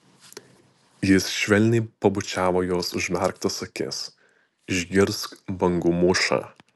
jis švelniai pabučiavo jos užmerktas akis išgirsk bangų mūšą